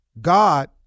God